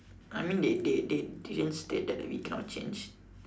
I mean they they they didn't state that we cannot change